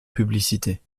publicité